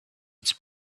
its